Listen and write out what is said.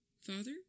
Father